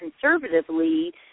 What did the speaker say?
conservatively